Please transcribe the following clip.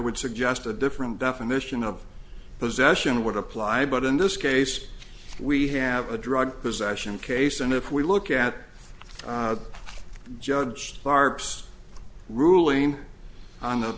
would suggest a different definition of possession would apply but in this case we have a drug possession case and if we look at judge carps ruling on the